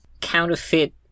counterfeit